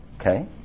Okay